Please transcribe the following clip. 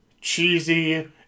cheesy